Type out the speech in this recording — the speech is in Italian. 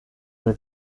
alle